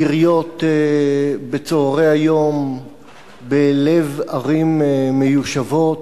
יריות בצהרי היום בלב ערים מיושבות,